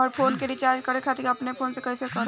हमार फोन के रीचार्ज करे खातिर अपने फोन से कैसे कर पाएम?